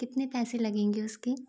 कितने पैसे लगेंगे उसके